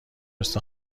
مثل